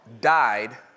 died